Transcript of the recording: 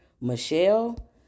Michelle